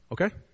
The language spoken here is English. Okay